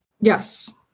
Yes